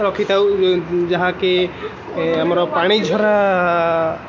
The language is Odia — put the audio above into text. ରଖିଥାଉ ଏ ଯାହାକି ଆମର ପାଣି ଝରା